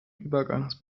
übergangs